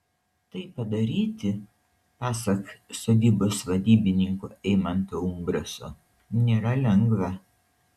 tai padaryti pasak sodybos vadybininko eimanto umbraso nėra lengva